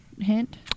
hint